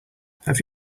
have